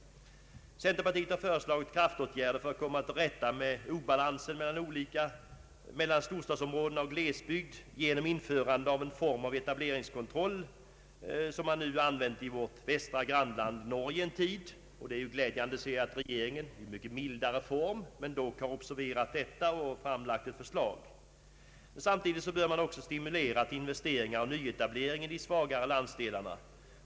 Centerpartiet har föreslagit kraftåtgärder för att komma till rätta med obalansen mellan storstadsområden och glesbygd genom införande av en form av etableringskontroll, som man sedan en tid använt i vårt västra grannland Norge. Det är glädjande att regeringen har observerat detta och framlagt ett förslag, om ock i något mildare form. Samtidigt bör man också stimulera till investeringar och nyetableringar i de svagare landsdelarna.